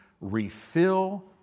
refill